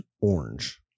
orange